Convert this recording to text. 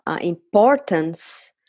importance